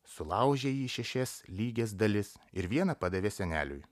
sulaužė jį į šešias lygias dalis ir vieną padavė seneliui